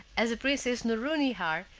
as the princess nouronnihar,